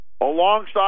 alongside